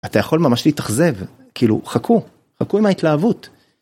אתה יכול ממש להתאכזב כאילו חכו חכו עם ההתלהבות.